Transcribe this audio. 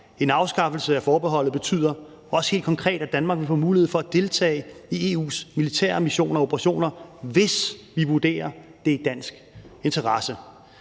En afskaffelse af forbeholdet betyder også helt konkret, at Danmark vil få mulighed for at deltage i EU's militære missioner og operationer, hvis vi vurderer, at det er i dansk interesse.